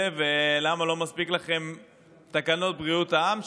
ולמה לא מספיקות לכם תקנות בריאות העם,